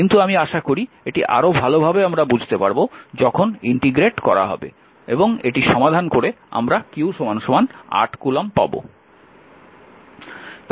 কিন্তু আমি আশা করি এটি আরো ভাল ভাবে বুঝতে পারব যখন ইন্টিগ্রেট করা হবে এবং এটি সমাধান করে আমরা q 8 কুলম্ব পাব